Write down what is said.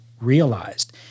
realized